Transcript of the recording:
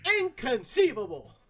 inconceivable